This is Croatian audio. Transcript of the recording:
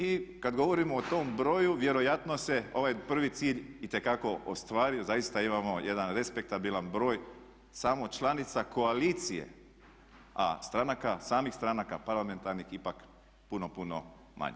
I kada govorimo o tom broju vjerojatno se ovaj prvi cilj itekako ostvario, zaista imamo jedan respektabilan broj samo članica koalicije a stranaka, samih stranaka parlamentarnih ipak puno, puno manje.